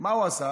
מה הוא עשה?